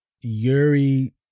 Yuri